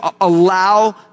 allow